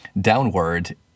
downward